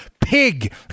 pig